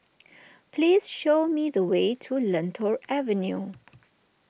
please show me the way to Lentor Avenue